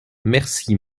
merci